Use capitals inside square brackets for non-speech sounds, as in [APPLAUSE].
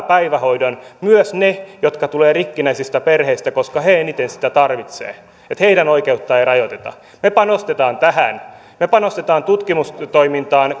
[UNINTELLIGIBLE] päivähoidon myös ne jotka tulevat rikkinäisistä perheistä koska he eniten sitä tarvitsevat että heidän oikeuttaan ei rajoiteta me panostamme tähän me panostamme tutkimustoimintaan [UNINTELLIGIBLE]